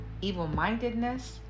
evil-mindedness